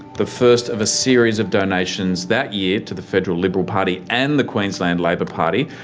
the first of a series of donations that year to the federal liberal party and the queensland labor party,